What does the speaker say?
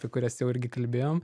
apie kurias jau irgi kalbėjom